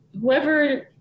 whoever